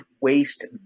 waste